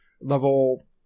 Level